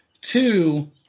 Two